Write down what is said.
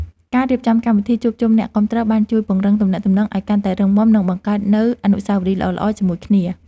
ការរៀបចំកម្មវិធីជួបជុំអ្នកគាំទ្របានជួយពង្រឹងទំនាក់ទំនងឱ្យកាន់តែរឹងមាំនិងបង្កើតនូវអនុស្សាវរីយ៍ល្អៗជាមួយគ្នា។